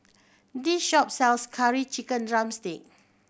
this shop sells Curry Chicken drumstick